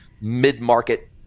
mid-market